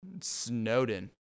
Snowden